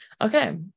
Okay